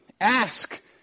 Ask